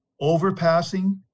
overpassing